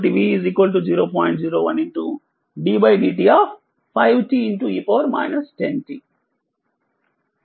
కాబట్టి v 0